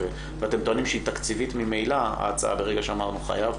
ואתם טוענים שההצעה תקציבית ממילא ברגע שאמרנו "חייב",